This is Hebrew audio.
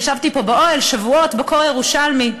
ישבתי פה באוהל שבועות בקור הירושלמי.